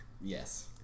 yes